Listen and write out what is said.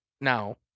now